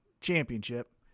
championship